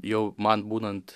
jau man būnant